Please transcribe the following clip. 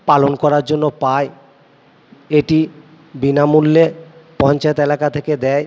পালন করার জন্য পাই এটি বিনামূল্যে পঞ্চায়েত এলাকা থেকে দেয়